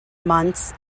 months